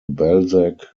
balzac